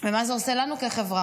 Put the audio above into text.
ומה זה עושה לנו כחברה?